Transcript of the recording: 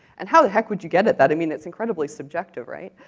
and how how would you get at that? i mean it's incredibly subjective, right?